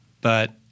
But-